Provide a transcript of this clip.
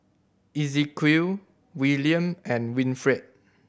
Ezequiel Willaim and Winfield